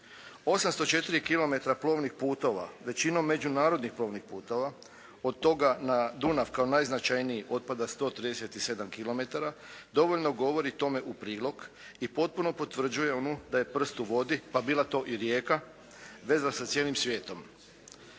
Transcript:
804 kilometra plovnih putova većinom međunarodnih plovnih putova od toga na Dunav kao najznačajniji otpada 137 kilometara, dovoljno govori tome u prilog i potpuno potvrđuje ono da je prst u vodi pa bila to i rijeka, veza sa cijelim svijetom.